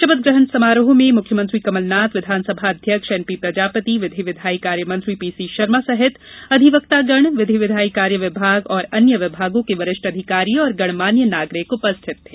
शपथ ग्रहण समारोह में मुख्यमंत्री कमल नाथ विधानसभा अध्यक्ष एन पीप्रजापति विथि विधायी कार्य मंत्री पीसी शर्मा सहित अधिवक्तगण विथि विधायी कार्य विभाग सहित अन्य विभागों के वरिष्ठ अधिकारी और गणमान्य नागरिक उपस्थित थे